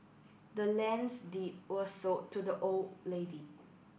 the land's deed were sold to the old lady